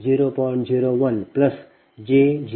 u Z 30